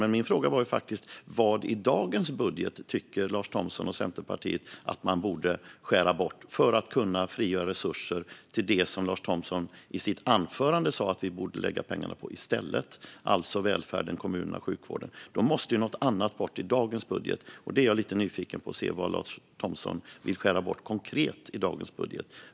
Men min fråga var faktiskt vad Lars Thomsson och Centerpartiet tycker att man borde skära bort i dagens budget för att kunna frigöra resurser till det som Lars Thomsson i sitt anförande sa att vi borde lägga pengarna på i stället, alltså välfärden, kommunerna och sjukvården. Då måste något annat bort i dagens budget. Och jag är lite nyfiken på att få veta vad Lars Thomsson konkret vill skära bort i dagens budget.